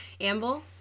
amble